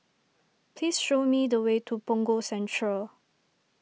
please show me the way to Punggol Central